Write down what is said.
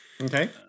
okay